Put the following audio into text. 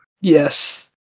Yes